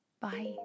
Bye